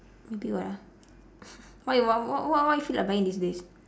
maybe what ah what you what what what you feel like buying these days